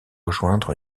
rejoindre